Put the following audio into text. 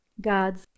God's